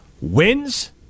Wins